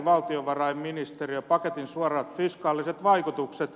valtiovarainministeriön paketin suorat fiskaaliset vaikutukset